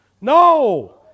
No